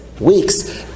weeks